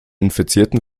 infizierten